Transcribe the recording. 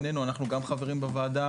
אנחנו גם חברים בוועדה,